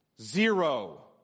Zero